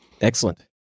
Excellent